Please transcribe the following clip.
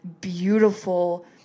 beautiful